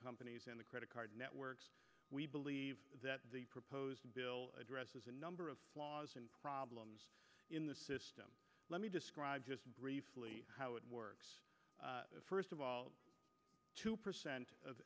companies and the credit card networks we believe that the proposed bill addresses a number of flaws and problems in the system let me describe just briefly how it works first of all two percent of